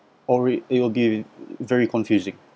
or it it will be very confusing